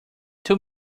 too